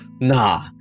nah